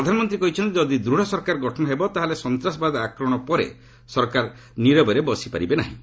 ପ୍ରଧାନମନ୍ତ୍ରୀ କହିଛନ୍ତି ଯଦି ଦୂଢ଼ ସରକାର ଗଠନ ହେବ ତାହେଲେ ସନ୍ତାସବାଦ ଆକ୍ରମଣ ପରେ ସରକାର ନିରବରେ ବସିପାରିବେ ନାହିଁ